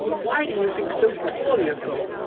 why do you think so poorly of me?